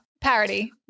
Parody